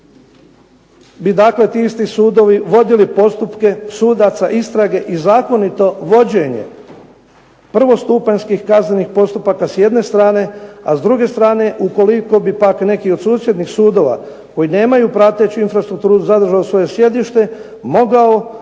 bi dakle ti isti sudovi vodili postupke sudaca istrage i zakonito vođenje prvostupanjskih kaznenih postupaka s jedne strane, a s druge strane ukoliko bi pak neki od susjednih sudova koji nemaju prateću infrastrukturu zadržao svoje sjedište mogao